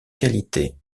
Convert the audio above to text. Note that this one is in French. qualité